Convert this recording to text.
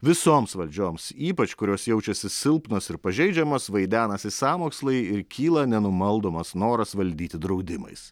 visoms valdžioms ypač kurios jaučiasi silpnos ir pažeidžiamos vaidenasi sąmokslai ir kyla nenumaldomas noras valdyti draudimais